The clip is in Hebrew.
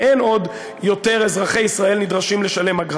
ואין אזרחי ישראל נדרשים עוד לשלם אגרה.